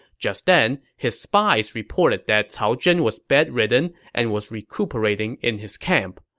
just then, his spies reported that cao zhen was bedridden and was recuperating in his camp.